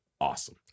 awesome